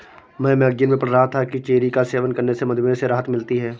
मैं मैगजीन में पढ़ रहा था कि चेरी का सेवन करने से मधुमेह से राहत मिलती है